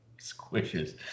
squishes